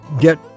get